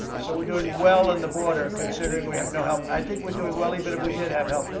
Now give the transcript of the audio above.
so we're doing well on the border, considering we have no help. i think we're doing well, even if we did have help.